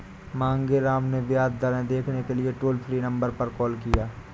मांगेराम ने ब्याज दरें देखने के लिए टोल फ्री नंबर पर कॉल किया